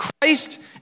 Christ